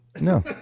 no